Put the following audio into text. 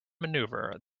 maneuver